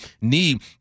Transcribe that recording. need